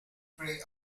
prey